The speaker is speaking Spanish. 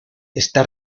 está